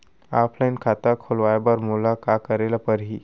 Offline खाता खोलवाय बर मोला का करे ल परही?